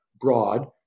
broad